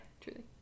Truly